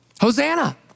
Hosanna